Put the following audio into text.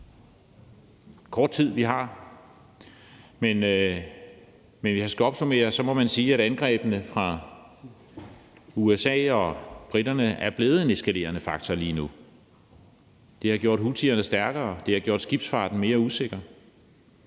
kort tid, vi har. Men hvis jeg skal opsummere, må jeg sige, at angrebene fra USA og Storbritannien lige nu er blevet en eskalerende faktor. Det har gjort houthierne stærkere, og det har gjort skibsfarten mere usikker.